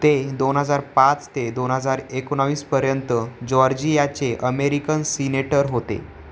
ते दोन हजार पाच ते दोन हजार एकोणवीसपर्यंत जॉर्जियाचे अमेरिकन सिनेटर होते